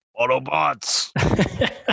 Autobots